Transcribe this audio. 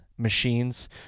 machines